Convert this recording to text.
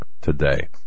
today